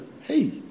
Hey